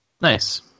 Nice